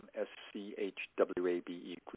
S-C-H-W-A-B-E